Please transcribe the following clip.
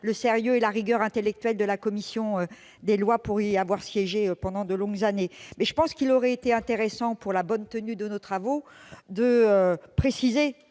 le sérieux et la rigueur intellectuelle de la commission des lois pour y avoir siégé pendant de longues années. Toutefois, je pense qu'il aurait été intéressant pour la bonne tenue de nos travaux de préciser,